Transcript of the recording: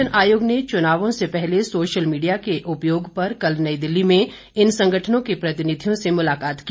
निर्वाचन आयोग ने चुनावों से पहले सोशल मीडिया के उपयोग पर कल नई दिल्ली में इन संगठनों के प्रतिनिधियों से मुलाकात की